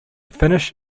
finish